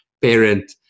parent